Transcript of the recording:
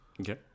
Okay